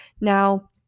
Now